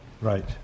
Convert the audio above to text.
Right